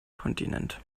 kontinent